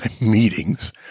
meetings